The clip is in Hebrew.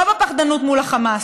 לא בפחדנות מול החמאס,